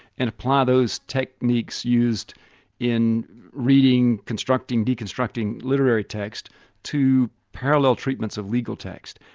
and apply those techniques used in reading, constructing, deconstructing literary text to parallel treatments of legal text.